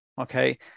okay